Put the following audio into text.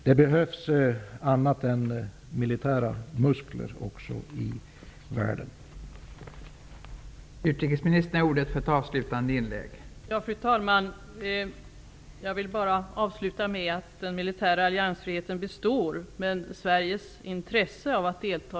Det behövs annat i världen också än militära muskler.